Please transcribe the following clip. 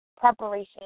preparation